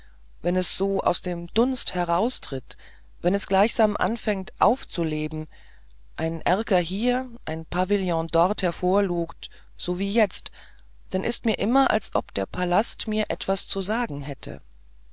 wenn es so aus dem dunst heraustritt wenn es gleichsam anfängt aufzuleben ein erker hier ein pavillon dort hervorlugt so wie jetzt dann ist mir immer als ob der palast mir etwas zu sagen hätte